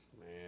Man